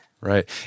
right